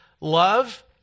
love